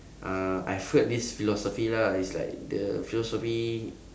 uh I've heard this philosophy lah it's like the philosophy